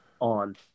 on